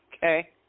Okay